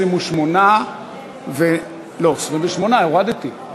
28. הורדתי,